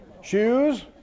shoes